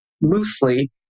loosely